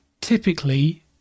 typically